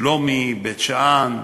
שלומי או בית-שאן,